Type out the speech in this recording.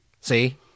See